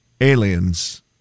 aliens